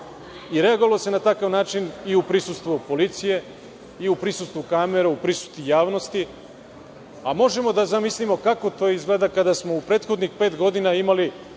se na takav način i u prisustvu policije i u prisustvu kamera, u prisustvu javnosti, a možemo da zamislimo kako to izgleda kada smo u prethodnih pet godina imali